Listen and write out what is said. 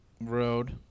road